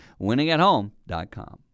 winningathome.com